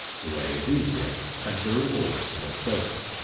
the way is easier and the rewards more certain.